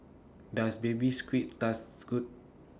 Does Baby Squid Good